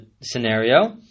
scenario